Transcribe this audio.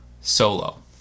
Solo